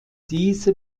diese